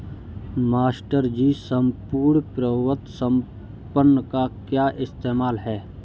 Master ji सम्पूर्ण प्रभुत्व संपन्न का क्या इस्तेमाल है?